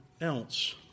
else